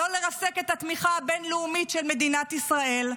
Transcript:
לא לרסק את התמיכה הבין-לאומית של מדינת ישראל.